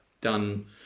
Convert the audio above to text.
done